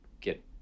get